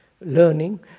Learning